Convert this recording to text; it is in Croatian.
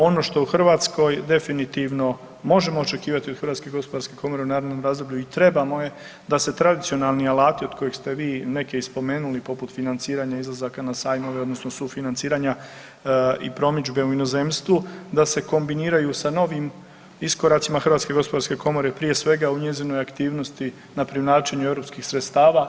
Ono što u Hrvatskoj definitivno možemo očekivati od HGK u narednom razdoblju i trebamo je da se tradicionalni alati od kojih ste vi neke i spomenuli poput financiranja izlazaka na sajmove odnosno sufinanciranja i promidžbe u inozemstvu, da se kombiniraju sa novim iskoracima HGK prije svega u njezinoj aktivnosti na privlačenju europskih sredstava.